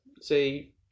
say